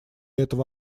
этого